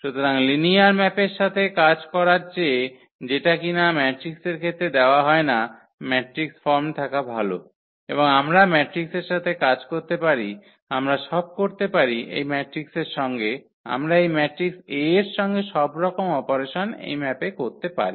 সুতরাং লিনিয়ার ম্যাপের সাথে কাজ করার চেয়ে যেটা কিনা ম্যাট্রিক্সের ক্ষেত্রে দেওয়া হয় না ম্যাট্রিক্স ফর্ম থাকা ভাল এবং আমরা ম্যাট্রিক্সের সাথে কাজ করতে পারি আমরা সব করতে পারি এই ম্যাট্রিক্সের সঙ্গে আমরা এই ম্যাট্রিক্স A এর সঙ্গে সবরকমের অপারেশন এই ম্যাপে করতে পারি